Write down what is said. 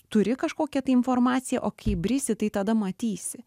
turi kažkokią tai informaciją o kai įbrisi tai tada matysi